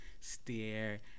stare